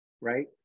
right